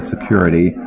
security